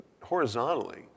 horizontally